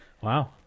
Wow